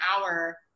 hour